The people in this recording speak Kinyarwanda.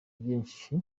byinshi